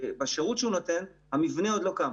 בשירות שהוא נותן, אבל המבנה עוד לא הוקם.